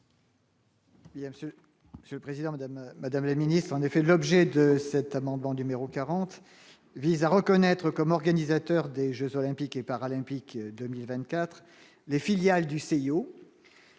Monsieur le Président, Madame, Madame la ministre, en effet, l'objet de cet amendement du maire au 40 vise à reconnaître comme organisateur des Jeux olympiques et paralympiques 2024 les filiales du CIO.